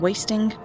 Wasting